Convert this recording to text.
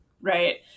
Right